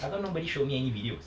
how come nobody showed me any videos